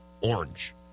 orange